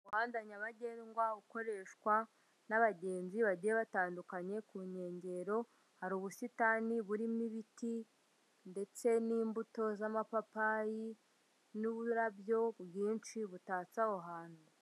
Umuhanda nyabagendwa ukoreshwa n'abagenzi bagiye batandukanye, ku nkengero hari ubusitani burimo ibiti ndetse n'imbuto z'amapapayi n'uburabyo bwinshi butatse aho hantu.